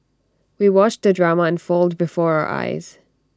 we watched the drama unfold before our eyes